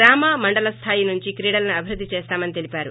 గ్రామ మండల్ స్లాయి నుంచి క్రీడలను అభివృధి చేస్తామని తెలిపారు